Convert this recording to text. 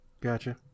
Gotcha